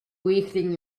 weakling